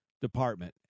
department